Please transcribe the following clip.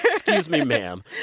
excuse me, ma'am.